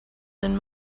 than